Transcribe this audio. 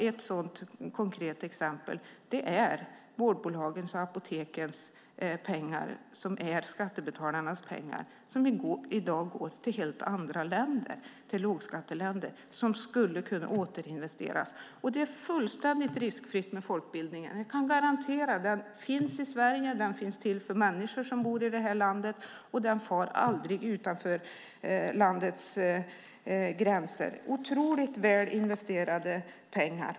Ett sådant konkret exempel är vårdbolagens och apotekens pengar, som är skattebetalarnas pengar, som i dag går till lågskatteländer men som skulle kunna återinvesteras. Det är fullständigt riskfritt med folkbildningen - jag kan garantera det. Den finns i Sverige, den är till för människor som bor i detta land och den far aldrig utanför landets gränser. Det är otroligt väl investerade pengar.